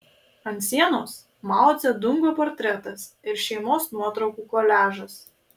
ant sienos mao dzedungo portretas ir šeimos nuotraukų koliažas